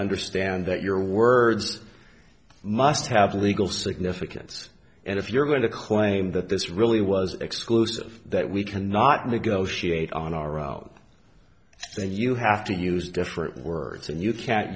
understand that your words must have legal significance and if you're going to claim that this really was exclusive that we cannot negotiate on our route then you have to use different words and you ca